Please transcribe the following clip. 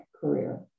career